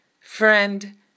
Friend